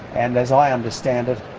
and, as i understand it,